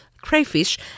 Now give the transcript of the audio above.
crayfish